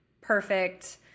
perfect